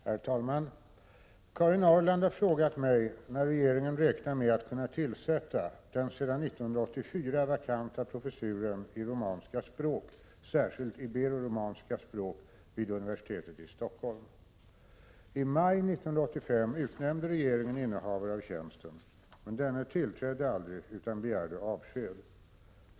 fessuren iromanska Herr talman! Karin Ahrland har frågat mig när regeringen räknar med att f SG RS 5 8 språk särskilt iberorokunna tillsätta den sedan 1984 vakanta professuren i romanska språk, särskilt å 5 å fr = d manska språk vid iberoromanska språk, vid universitetet i Stockholm. 3 3 Stockholms universi I maj 1985 utnämnde regeringen innehavare av tjänsten, men denne tillträdde aldrig utan begärde avsked.